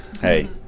Hey